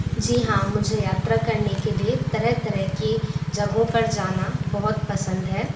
जी हाँ मुझे यात्रा करने के लिए तरह तरह की जगहों पर जाना बहुत पसंद है